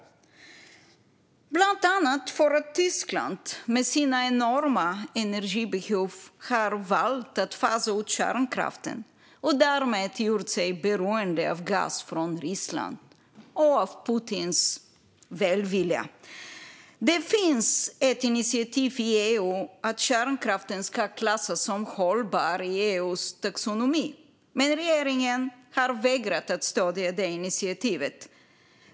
Det är de bland annat för att Tyskland, med sina enorma energibehov, har valt att fasa ut kärnkraften och därmed gjort sig beroende av gas från Ryssland och av Putins välvilja. Det finns ett initiativ i EU om att kärnkraft ska klassas som hållbar i EU:s taxonomi, men regeringen har vägrat att stödja det initiativet.